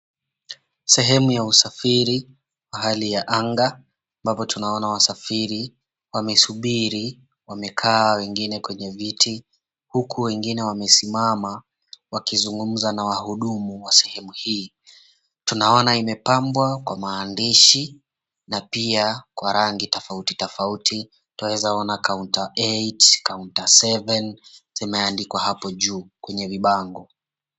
Sehemu ya usafiri, hali ya anga ambapo tunaona wasafiri wamesubiri wamekaa wengine kwenye viti huku wengine wamesimama wakizungumza na wahudumu wa sehemu hii. Tunaona imepambwa kwa maandishi na pia kwa rangi tofauti tofauti tunaweza ona counter 8, counter 7 zimeandikwa hapo juu kwenye vibango.